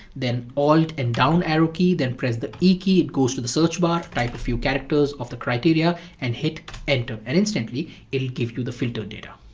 then and down arrow key, then press the e key. it goes to the search bar, type a few characters of the criteria and hit enter, and instantly it'll give you the filtered data.